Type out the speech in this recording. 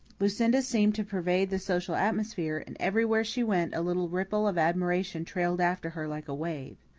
lucinda seemed to pervade the social atmosphere, and everywhere she went a little ripple of admiration trailed after her like a wave.